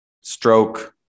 stroke